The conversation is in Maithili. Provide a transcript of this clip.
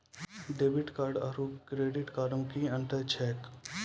डेबिट कार्ड आरू क्रेडिट कार्ड मे कि अन्तर छैक?